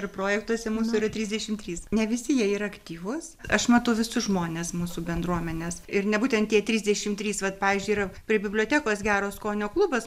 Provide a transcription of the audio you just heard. ir projektuose mūsų yra trisdešimt trys ne visi jie yra aktyvūs aš matau visus žmones mūsų bendruomenės ir ne būtent tie trisdešimt trys vat pavyzdžiui yra prie bibliotekos gero skonio klubas